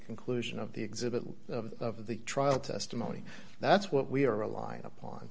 conclusion of the exhibit of the trial testimony that's what we are relying upon